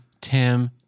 Tim